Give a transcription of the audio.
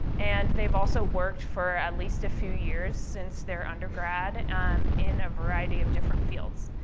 and they've also worked for at least a few years since their undergrad um in a variety of different fields.